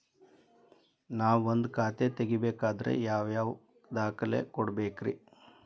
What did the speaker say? ನಾನ ಒಂದ್ ಖಾತೆ ತೆರಿಬೇಕಾದ್ರೆ ಯಾವ್ಯಾವ ದಾಖಲೆ ಕೊಡ್ಬೇಕ್ರಿ?